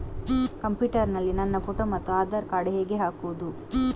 Computer ನಲ್ಲಿ ನನ್ನ photo ಮತ್ತು ಆಧಾರ್ ಕಾರ್ಡ್ ಹೇಗೆ ಹಾಕುವುದು?